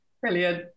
Brilliant